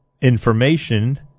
information